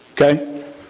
Okay